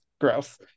gross